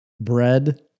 bread